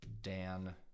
Dan